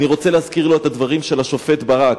אני רוצה להזכיר לו את הדברים של השופט ברק,